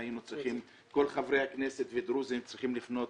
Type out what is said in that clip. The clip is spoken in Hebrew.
והיינו צריכים כל חברי הכנסת ודרוזים לפנות